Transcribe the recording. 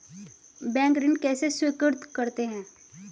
Bank ऋण कैसे स्वीकृत करते हैं?